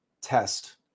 test